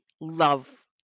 love